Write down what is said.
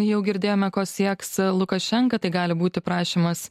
jau girdėjome ko sieks lukašenka tai gali būti prašymas